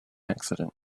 accident